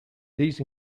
these